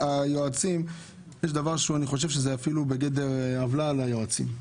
יש דבר שהוא אפילו בגדר עוולה ליועצים.